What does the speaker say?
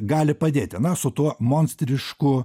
gali padėti na su tuo monstrišku